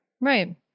Right